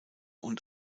und